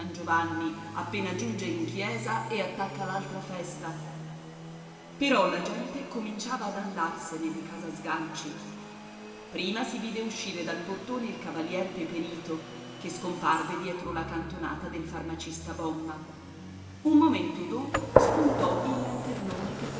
giovanni appena giunge in chiesa e attacca l'altra festa però la gente cominciava ad andarsene di casa sganci prima si vide uscire dal portone il cavalier peperito che scomparve dietro la cantonata del farmacista bomma un momento dopo spuntò il lanternone che